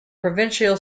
provincial